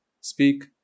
speak